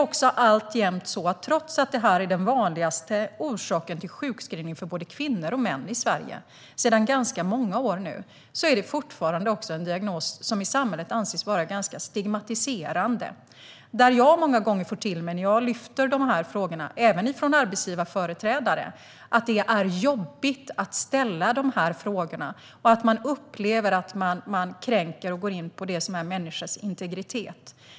Trots att detta sedan ganska många år är den vanligaste orsaken till sjukskrivning för både kvinnor och män i Sverige är det alltjämt så att denna diagnos i samhället anses vara ganska stigmatiserande. När jag tar upp de här frågorna får jag många gånger höra - även från arbetsgivarföreträdare - att det är jobbigt att ställa dessa frågor och att man upplever att man kränker människors integritet.